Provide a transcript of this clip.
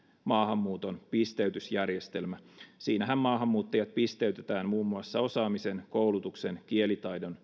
maahanmuuton pisteytysjärjestelmä siinähän maahanmuuttajat pisteytetään muun muassa osaamisen koulutuksen kielitaidon